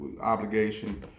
obligation